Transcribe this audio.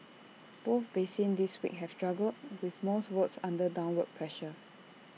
both basins this week have struggled with most routes under downward pressure